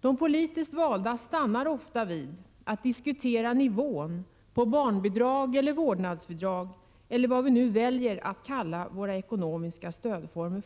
De politiskt valda stannar ofta vid att diskutera nivån på barnbidrag, vårdnadsbidrag eller vad vi nu väljer att kalla våra ekonomiska stödformer.